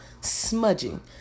smudging